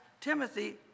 Timothy